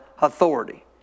authority